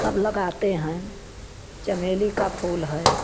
सब लगाते हैं चमेली का फूल है